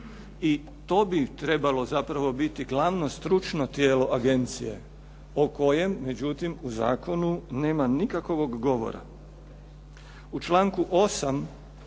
i to bi trebalo zapravo biti glavno stručno tijelo agencije o kojem međutim, u zakonu nema nikakovog govora. U članku 8.